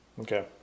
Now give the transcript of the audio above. Okay